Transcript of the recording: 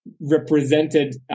represented